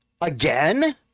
Again